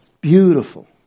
Beautiful